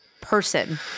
person